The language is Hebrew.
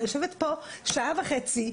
אני יושבת פה שעה וחצי,